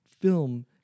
film